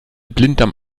blinddarm